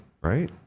right